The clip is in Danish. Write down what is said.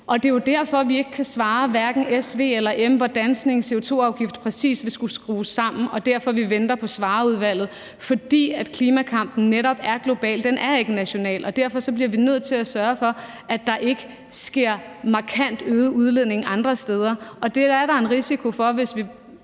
Det er jo derfor, vi ikke, hverken S, V eller M, kan svare på, hvordan sådan en CO2-afgift præcis ville skulle skrues sammen, og det er derfor, vi venter på Svarerudvalget, for klimakampen er netop global. Den er ikke national, og derfor bliver vi nødt til at sørge for, at der ikke sker markant øget udledning andre steder, og det er der en risiko for, hvis vi